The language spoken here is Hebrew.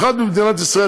במיוחד במדינת ישראל,